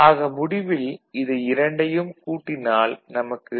ஆக முடிவில் இதை இரண்டையும் கூட்டினால் நமக்கு Y A B